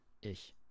Ich